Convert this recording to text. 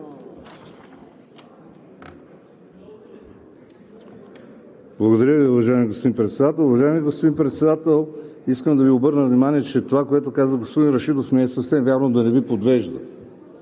Благодаря Ви, уважаеми господин Председател. Уважаеми господин Председател, искам да Ви обърна внимание, че това, което каза господин Рашидов, не е съвсем вярно – да не Ви подвежда!